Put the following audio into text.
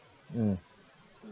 mm